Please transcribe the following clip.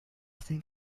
think